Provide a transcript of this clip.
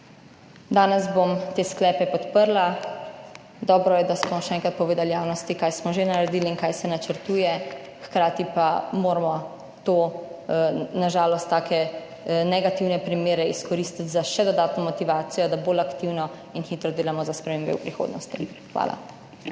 Danes bom te sklepe podprla. Dobro je, da smo še enkrat povedali javnosti, kaj smo že naredili in kaj se načrtuje, hkrati pa moramo to, na žalost, take negativne primere izkoristiti za še dodatno motivacijo, da bolj aktivno in hitro delamo za spremembe v prihodnosti. Hvala.